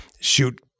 shoot